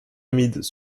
humides